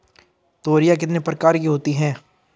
तोरियां कितने प्रकार की होती हैं?